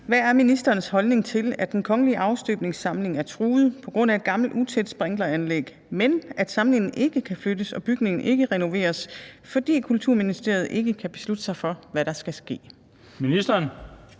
Hvad er ministerens holdning til, at Den Kongelige Afstøbningssamling er truet på grund af et gammelt utæt sprinkleranlæg, men at samlingen ikke kan flyttes og bygningen ikke renoveres, fordi Kulturministeriet ikke kan beslutte sig for, hvad der skal ske? Kl.